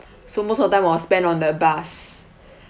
so most of time was spent on the bus